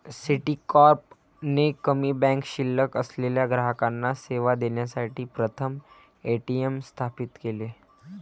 Citicorp ने कमी bank शिल्लक असलेल्या ग्राहकांना सेवा देण्यासाठी प्रथम ए.टी.एम स्थापित केले